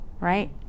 right